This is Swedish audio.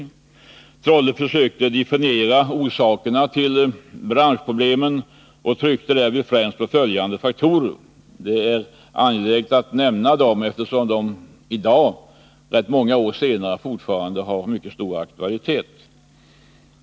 Professor av Trolle sökte definiera orsakerna till branschproblemen och tryckte därvid främst på följande faktorer — det är angeläget att nämna dem eftersom de i dag, rätt många år senare, fortfarande har mycket stor aktualitet.